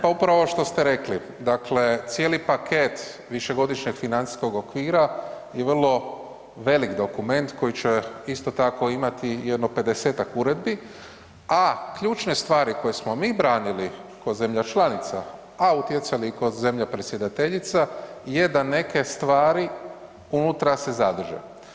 Pa upravo ovo što ste rekli, dakle cijeli paket višegodišnjeg financijskog okvira je vrlo velik dokument koji će isto tako imati jedno 50-tak uredbi, a ključne stvari koje smo mi branili ko zemlja članica, a utjecali i ko zemlja predsjedateljica je da neke stvari unutra se zadrže.